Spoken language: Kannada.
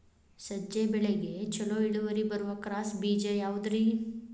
ಸಜ್ಜೆ ಬೆಳೆಗೆ ಛಲೋ ಇಳುವರಿ ಬರುವ ಕ್ರಾಸ್ ಬೇಜ ಯಾವುದ್ರಿ?